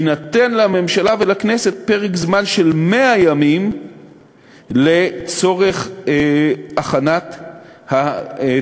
יינתן לה ולכנסת פרק זמן של 100 ימים לצורך הכנת התקציב,